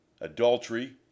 Adultery